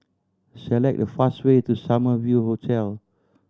select the fast way to Summer View Hotel